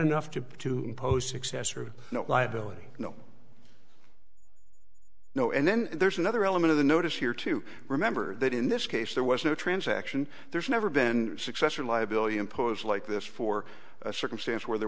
enough to to post success or no liability no no and then there's another element of the notice here to remember that in this case there was no transaction there's never been successor liability imposed like this for a circumstance where there